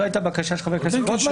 זאת הייתה הבקשה של חבר הכנסת רוטמן, ו-(2)